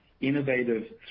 Innovative